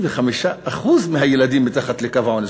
35% מהילדים מתחת לקו העוני.